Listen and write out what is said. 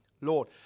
Lord